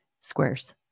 squares